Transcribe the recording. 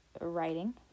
writing